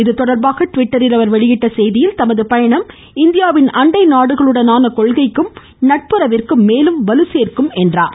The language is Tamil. இதுதொடர்பாக டிவிட்டரில் அவர் வெளியிட்ட செய்தியில் தமது பயணம் இந்தியாவின் அண்டை நாடுகளுடனான கொள்கைக்கும் நட்புறவிற்கும் மேலும் வலுசேர்க்கும் என்று குறிப்பிட்டார்